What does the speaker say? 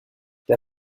der